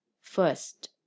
First